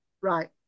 Right